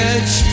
Edge